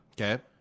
Okay